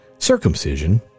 Circumcision